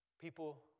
People